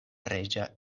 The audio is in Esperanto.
reĝa